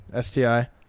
STI